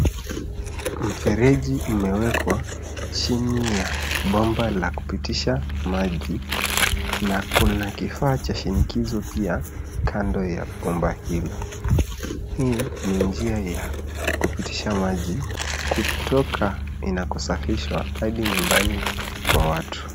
Mfereji umewekwa chini ya bomba la kupitisha maji na kuna kifaa cha shinikizo pia kando ya bomba hilo. Hii ni njia ya kupitisha maji kutoka inakosafishwa hadi nyumbani kwa watu.